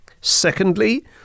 Secondly